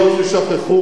לרמת מחיה ממוצעת.